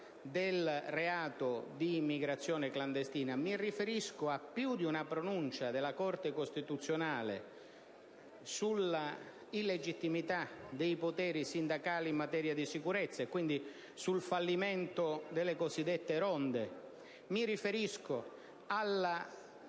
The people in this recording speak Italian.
del reato di immigrazione clandestina; mi riferisco a più di una pronuncia della Corte costituzionale sulla illegittimità dei poteri sindacali in materia di sicurezza e quindi al fallimento delle cosiddette ronde; mi riferisco alla